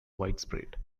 widespread